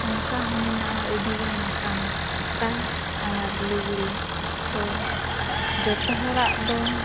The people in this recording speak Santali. ᱚᱱᱠᱟ ᱦᱚᱸ ᱢᱮᱱᱟᱜᱼᱟ ᱟᱹᱰᱤ ᱜᱟᱱ ᱠᱟᱱᱛᱷᱟ ᱟᱨ ᱞᱩᱜᱽᱲᱤᱡ ᱛᱚ ᱡᱷᱚᱛᱚ ᱦᱚᱲᱟᱜ ᱫᱚ